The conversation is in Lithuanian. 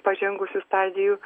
pažengusių stadijų